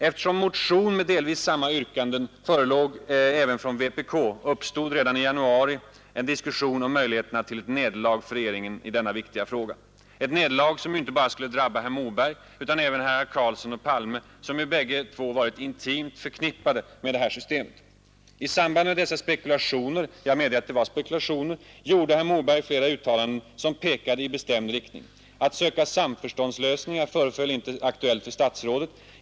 Eftersom motion med delvis samma yrkanden förelåg även från vpk, uppstod redan i januari en diskussion om möjligheterna till ett nederlag för regeringen i denna viktiga fråga — ett nederlag som inte bara skulle drabba herr Moberg utan även herrar Carlsson och Palme, som ju bägge två varit intimt förknippade med detta system. I samband med dessa spekulationer — jag medger att det var fråga om sådana — gjorde herr Moberg flera uttalanden som pekade i bestämd riktning. Att söka samförståndslösningar föreföll inte aktuellt för herr statsrådet.